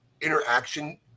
interaction